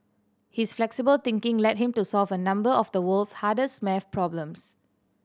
his flexible thinking led him to solve a number of the world's hardest maths problems